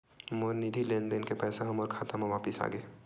मोर निधि लेन देन के पैसा हा मोर खाता मा वापिस आ गे